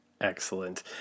excellent